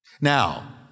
Now